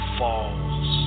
falls